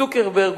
צוקרברג,